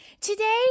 Today